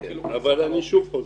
אני שוב חוזר.